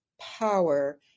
power